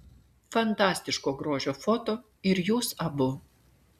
fantastiško grožio foto ir jūs abu